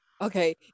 okay